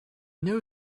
know